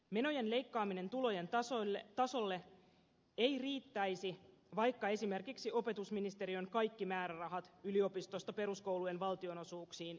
menojen leikkaaminen tulojen tasolle ei riittäisi vaikka esimerkiksi opetusministeriön kaikki määrärahat yliopistosta peruskoulujen valtionosuuksiin jäädytettäisiin